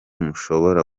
mushobora